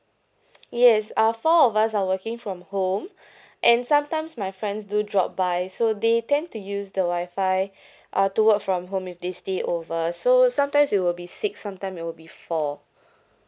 yes uh four of us are working from home and sometimes my friends do drop by so they tend to use the wi-fi uh to work from home if they stay over so sometimes it'll be six sometime will be four